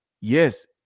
yes